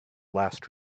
last